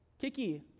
Kiki